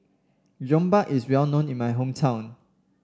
Jokbal is well known in my hometown